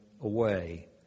away